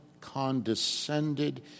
condescended